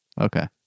Okay